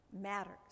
matters